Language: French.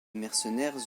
mercenaires